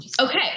Okay